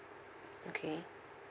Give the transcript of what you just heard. okay